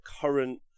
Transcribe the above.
current